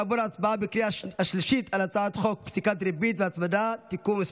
נעבור להצבעה בקריאה השלישית על הצעת חוק פסיקת ריבית והצמדה (תיקון מס'